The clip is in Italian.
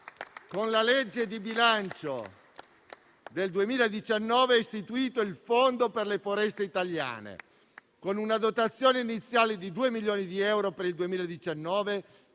con la legge di bilancio del 2019, ha istituito il fondo per le foreste italiane, con una dotazione iniziale di 2 milioni di euro per il 2019,